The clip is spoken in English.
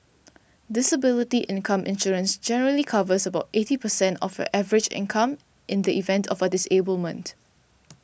disability income insurance generally covers about eighty percent of your average income in the event of a disablement